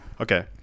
Okay